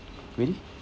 ready